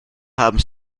haben